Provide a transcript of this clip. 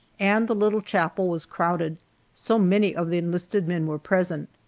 and the little chapel was crowded so many of the enlisted men were present.